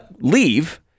leave